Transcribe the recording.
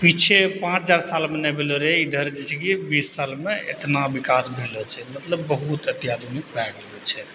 पीछे पाँच हजार सालमे नहि भेलऽ रहै इधर जे छै कि बीस सालमे एतना विकास भेलऽ छै मतलब बहुत अत्याधुनिक भऽ गेलऽ छै